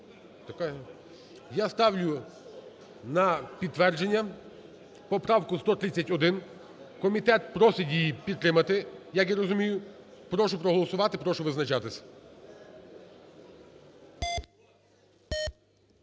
Я ставлю на підтвердження поправку 131. Комітет просить її підтримати, як я розумію. Прошу проголосувати. Прошу визначатись.